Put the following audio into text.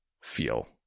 feel